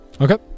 Okay